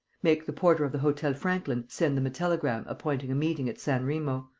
make the porter of the hotel franklin send them a telegram appointing a meeting at san remo.